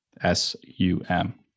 S-U-M